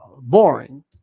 boring